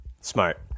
Smart